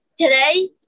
today